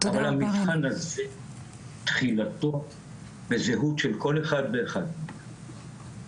אבל המבחן הזה תחילתו בזהות של כל אחד ואחד וזה